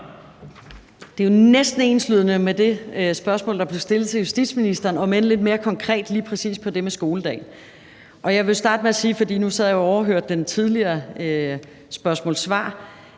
Det er jo næsten enslydende med det spørgsmål, der blev stillet til justitsministeren, om end det er lidt mere konkret lige præcis på det med skoledag. Jeg vil starte med at sige, for nu sad jeg og overhørte den tidligere omgang spørgsmål og svar,